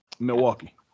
Milwaukee